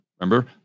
Remember